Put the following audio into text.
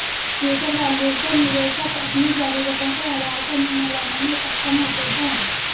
future value से निवेशक अपनी जरूरतों के आधार पर निर्णय लेने में सक्षम होते हैं